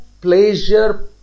pleasure